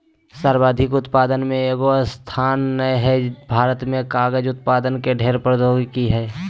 सर्वाधिक उत्पादक में एगो स्थान नय हइ, भारत में कागज उत्पादन के ढेर प्रौद्योगिकी हइ